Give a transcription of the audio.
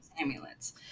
amulets